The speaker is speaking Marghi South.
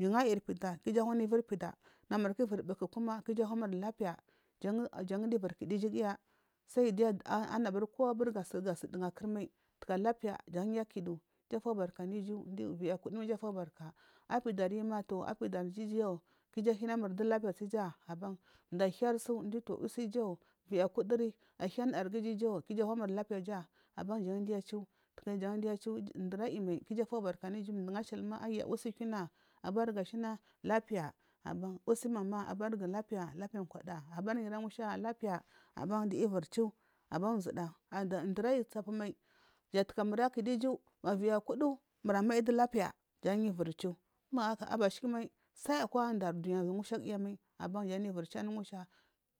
Mugu ayirfida ku iju anada iviri pida namur ku ivuri buku kuma ku iju anamur lapiya jan giyu iviri kidu iju giya saidu anabori gasur dunga mal akurmai taka lapiya jan yu akidu ija tubarka anu iju maviyi akuduma ku iju atubarka apidarjima yauu apdidaryi iju ahinamur du lapiya tsu asan mdu ahirsu yau usiju viyi kudiri ahindarigu iju ku iju awamur lapiyaja jangichu ndur aiyimal iju tubarka anu iju mdugu ashilima aya usu kiuna abargu ashina lapiya aban usimama abargu ashina lapiya kwada abariyira musha lapida aban duya iviri chu aban zuda nduri ayi tsapumai jataka murakidu iju ma viyi akudu mura mal du lapiya jan giyu ivuri chum aka abashiki mai sayi akwa dari dunya akwa mushadayar aban jangiyu ivuri chu anumusha